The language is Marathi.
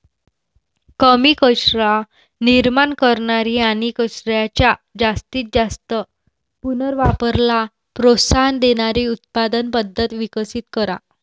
कमी कचरा निर्माण करणारी आणि कचऱ्याच्या जास्तीत जास्त पुनर्वापराला प्रोत्साहन देणारी उत्पादन पद्धत विकसित करा